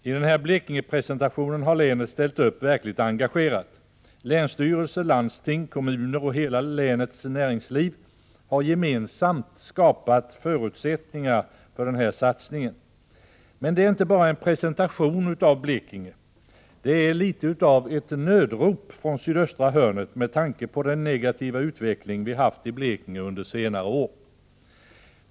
I den här Blekingepresentationen har länet ställt upp verkligt engagerat; länsstyrelse, landsting, kommuner och hela länets näringsliv har gemensamt skapat förutsättningar för den här satsningen. Men det är inte bara en presentation av Blekinge — det är litet av ett nödrop från sydöstra hörnet med tanke på den negativa utveckling vi haft i Blekinge under senare år.